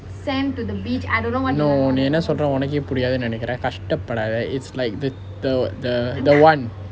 no நீ என்ன சொல்றேன்னு உனக்கே புரியாது நினைக்கிறேன் கஷ்ட படாதே:ni enna solrennu unakku puriyaathu ninaikiren kashta padaathe it's like the the the the [one]